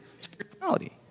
spirituality